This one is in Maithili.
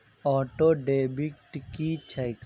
ऑटोडेबिट की छैक?